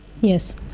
Yes